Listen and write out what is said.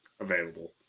available